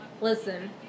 Listen